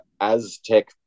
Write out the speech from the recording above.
aztec